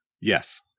yes